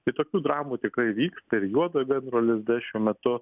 tai tokių dramų tikrai vyksta ir juodo gandro lizde šiuo metu